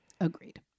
Agreed